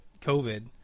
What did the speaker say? COVID